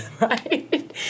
right